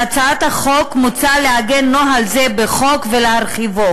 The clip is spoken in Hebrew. בהצעת החוק מוצע לעגן נוהל זה בחוק ולהרחיבו.